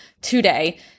today